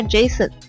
Jason 。